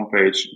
homepage